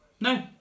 No